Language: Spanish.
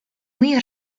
muy